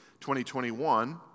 2021